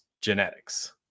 genetics